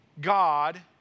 God